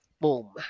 boom